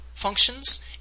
functions